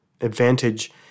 advantage